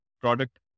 product